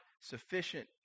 sufficient